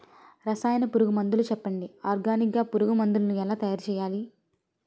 రసాయన పురుగు మందులు చెప్పండి? ఆర్గనికంగ పురుగు మందులను ఎలా తయారు చేయాలి?